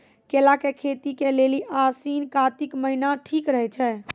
केला के खेती के लेली आसिन कातिक महीना ठीक रहै छै